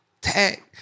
Tag